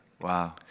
Wow